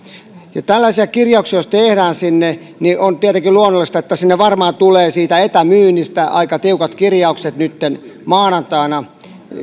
ja jos tällaisia kirjauksia tehdään on tietenkin luonnollista että sinne varmaan tulee siitä etämyynnistä aika tiukat kirjaukset nytten maanantaina